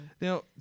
Now